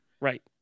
right